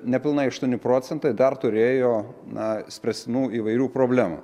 nepilnai aštuoni procentai dar turėjo na spręstinų įvairių problemų